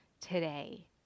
today